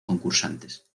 concursantes